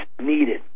needed